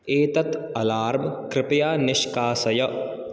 एतत् अलार्म् कृपया निष्कासय